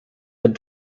had